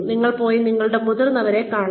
നിങ്ങൾ പോയി നിങ്ങളുടെ മുതിർന്നവരെ കാണുന്നു